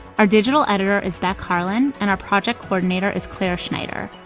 our digital editor is beck harlan, and our project coordinator is clare schneider.